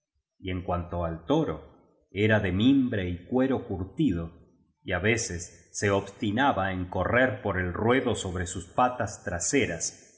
y en cuanto al toro era de mimbre y cuero curtido y á veces se obstinaba en correr por el ruedo sobre sus patas traseras